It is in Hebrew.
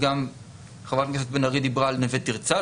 וגם חה"כ בן ארי דיברה על נווה תרצה,